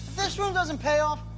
this room doesn't pay off,